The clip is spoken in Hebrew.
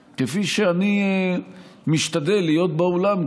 זו, נעבוד על טיפול בעוול הזה.